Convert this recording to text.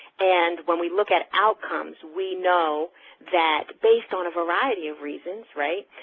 and when we look at outcomes, we know that based on a variety of reasons, right,